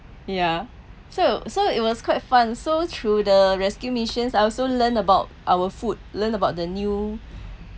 ya so so it was quite fun so through the rescue missions I also learn about our food learn about the new